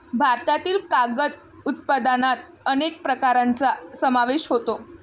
भारतातील कागद उत्पादनात अनेक प्रकारांचा समावेश होतो